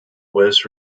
was